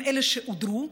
הן אלה שהודרו,